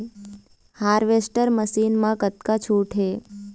Harvester machine मा कतका छूट हे?